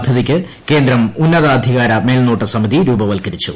പദ്ധതിയ്ക്ക് കേന്ദ്രം ഉന്നതാധികാര മേൽനോട്ട സമിതി രൂപവത്കരിച്ചു